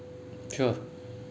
sure